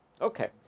Okay